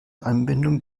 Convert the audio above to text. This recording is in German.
anbindung